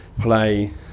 play